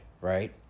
right